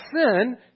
sin